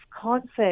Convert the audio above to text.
concept